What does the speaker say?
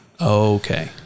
Okay